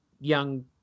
young